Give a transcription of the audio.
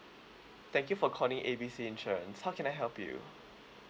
thank you for calling A B C insurance how can I help you